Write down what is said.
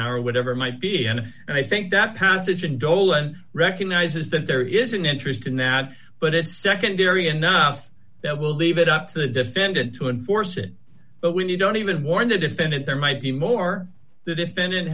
now or whatever might be and i think that passage and dolan recognizes that there is an interest in that but it's secondary enough that we'll leave it up to the defendant to enforce it but when you don't even warn the defendant there might be more the defendant